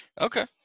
Okay